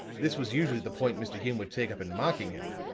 this was usually the point mr. hume would take up in mocking him.